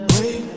Wait